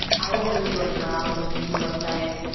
i won't really like browse like news websites,